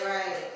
Right